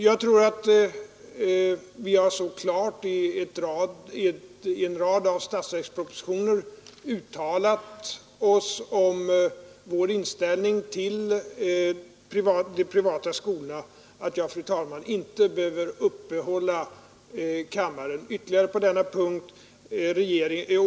Jag tror att vi har så klart i en rad av statsverkspropositioner uttalat oss om vår inställning till de privata skolorna att jag, fru talman, inte behöver uppehålla kammaren ytterligare på denna punkt.